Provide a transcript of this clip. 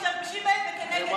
חבר הכנסת יוסף עטאונה, בבקשה.